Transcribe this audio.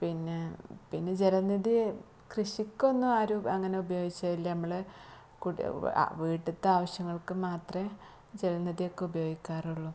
പിന്നെ പിന്നെ ജലനിധി കൃഷിക്ക് ഒന്നും ആരും അങ്ങനെ ഉപയോഗിച്ചില്ല നമ്മൾ വീട്ടിലത്തെ ആവശ്യങ്ങൾക്ക് മാത്രമേ ജലനിധി ഒക്കെ ഉപയോഗിക്കാറുള്ളു